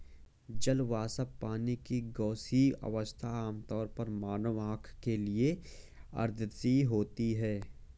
जल वाष्प, पानी की गैसीय अवस्था, आमतौर पर मानव आँख के लिए अदृश्य होती है